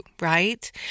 right